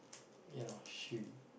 you know she'll